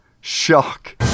shock